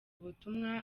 ubutumwa